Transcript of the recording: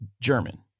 German